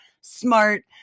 smart